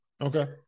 Okay